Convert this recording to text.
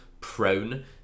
prone